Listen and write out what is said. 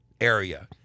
area